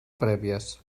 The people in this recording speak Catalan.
prèvies